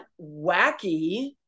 wacky